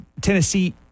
Tennessee